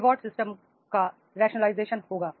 reward system का rationalisation होगा